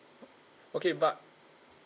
okay but